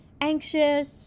anxious